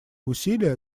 усилия